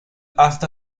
hasta